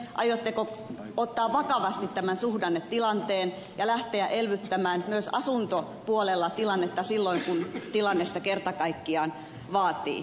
aiotteko ottaa vakavasti tämän suhdannetilanteen ja lähteä elvyttämään myös asuntopuolella tilannetta silloin kun tilanne sitä kerta kaikkiaan vaatii